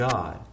God